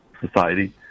society